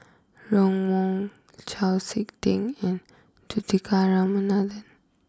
Ron Wong Chau Sik Ting and Juthika Ramanathan